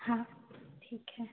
हाँ ठीक है